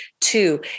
Two